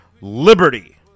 Liberty